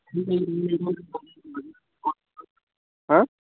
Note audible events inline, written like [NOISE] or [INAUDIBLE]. [UNINTELLIGIBLE] হ্যাঁ